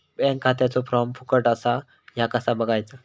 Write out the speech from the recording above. Bank खात्याचो form फुकट असा ह्या कसा बगायचा?